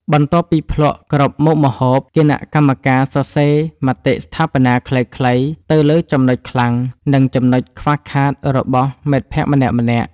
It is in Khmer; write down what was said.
បន្ទាប់ពីភ្លក្សគ្រប់មុខម្ហូប គណៈកម្មការសរសេរមតិស្ថាបនាខ្លីៗទៅលើចំណុចខ្លាំង និងចំណុចខ្វះខាតរបស់មិត្តភក្តិម្នាក់ៗ។